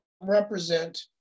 represent